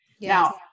Now